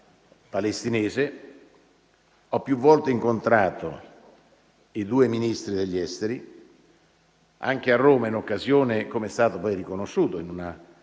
palestinese; ho più volte incontrato i due Ministri degli esteri. Anche a Roma, come è stato poi riconosciuto in una